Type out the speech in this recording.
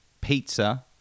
pizza